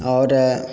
आओर